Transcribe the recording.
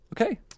Okay